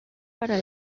para